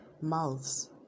mouths